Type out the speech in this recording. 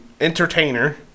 entertainer